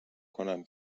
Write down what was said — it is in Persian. کنم